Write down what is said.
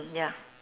mm ya